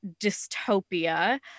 dystopia